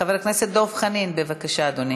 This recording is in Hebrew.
חבר הכנסת דב חנין, בבקשה, אדוני.